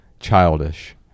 childish